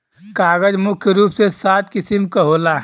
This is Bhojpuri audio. कागज मुख्य रूप से सात किसिम क होला